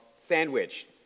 Sandwich